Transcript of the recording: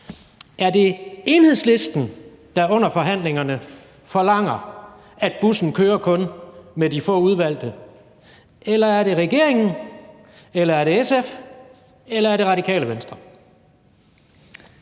Er det Enhedslisten, der under forhandlingerne forlanger, at bussen kun kører med de få udvalgte, eller er det regeringen, eller er det SF, eller er det Radikale Venstre?